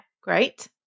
great